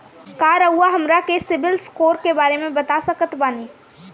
का रउआ हमरा के सिबिल स्कोर के बारे में बता सकत बानी?